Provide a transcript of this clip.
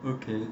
okay